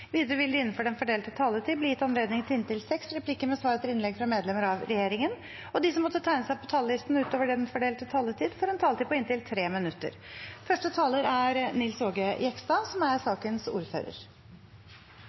Videre vil det – innenfor den fordelte taletid – bli gitt anledning til inntil seks replikker med svar etter innlegg fra medlemmer av regjeringen, og de som måtte tegne seg på talerlisten utover den for delte taletid, får en taletid på inntil 3 minutter.